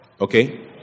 okay